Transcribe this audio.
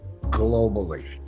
globally